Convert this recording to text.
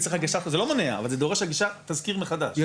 זה לא מונע אבל זה דורש הגשה, תזכיר מחדש.